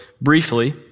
briefly